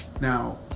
Now